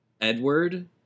Edward